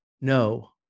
No